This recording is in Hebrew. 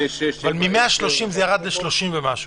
אבל מ-130 זה ירד ל-30 ומשהו.